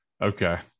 Okay